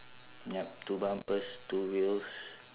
yup two bumpers two wheels